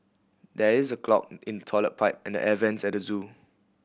there is a clog in the toilet pipe and the air vents at the zoo